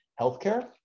healthcare